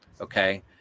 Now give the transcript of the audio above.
Okay